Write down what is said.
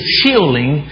healing